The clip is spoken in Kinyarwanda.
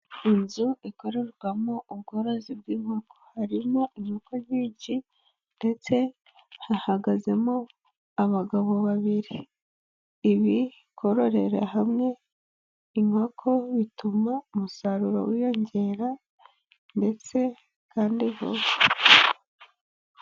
Inzu ikorerwamo ubworozi bw'inkoko, harimo inkoko nyinshi, ndetse hahagazemo abagabo babiri, ibi birerekana ko kororera hamwe inkoko, bituma umusaruro wiyongera ndetse kandi vuba.